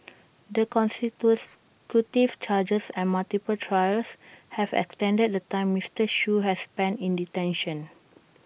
the consecutive charges and multiple trials have extended the time Mister Shoo has spent in detention